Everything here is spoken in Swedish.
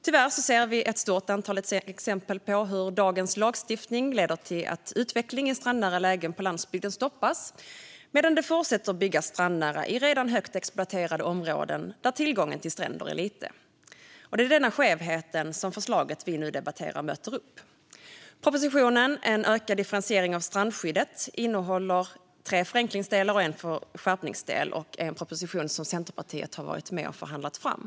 Tyvärr ser vi ett stort antal exempel på att dagens lagstiftning leder till att utveckling i strandnära lägen på landsbygden stoppas medan det fortsätter att byggas strandnära i redan högt exploaterade områden där tillgången till stränder är liten. Det är denna skevhet som förslaget vi nu debatterar möter upp. Propositionen En ökad differentiering av strandskyddet innehåller tre förenklingsdelar och en skärpningsdel. Det är en proposition som Centerpartiet har varit med och förhandlat fram.